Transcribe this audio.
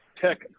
tech